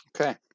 Okay